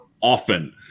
often